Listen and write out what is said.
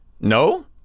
No